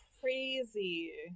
crazy